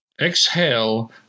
exhale